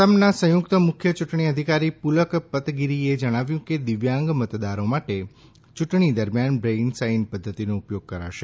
આસામના સંથુકત મુખ્ય ચુંટણી અધિકારી પુલક પતગીરીએ જણાવ્યું કે દિવ્યાંગ મતદારો માટે ચુંટણી દરમિયાન બ્રેઇલ સાઇન પધ્ધતિનો ઉપયોગ કરાશે